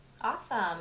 Awesome